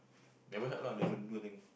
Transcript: never help lah never do thing